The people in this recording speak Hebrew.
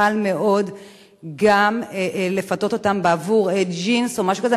קל מאוד גם לפתות אותן בעבור ג'ינס או משהו כזה.